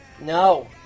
No